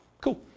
Cool